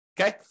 Okay